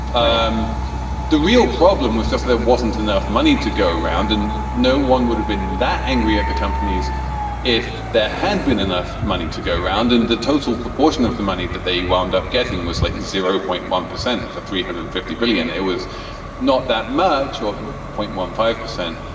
um the real problem was just there wasn't enough money to go around and no one would have been that angry at the companies if there hadn't been enough money to go around. and the total proportion of the money that they wound up getting was like zero point one percent of the three hundred and fifty billion. it was not that much or point one five percent.